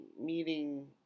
meeting